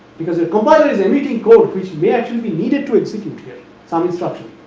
because it compiler is emitting code which may actually be needed to execute here some instruction,